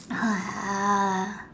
ah